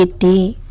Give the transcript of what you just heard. ah d